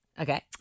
Okay